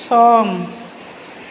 सम